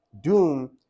doom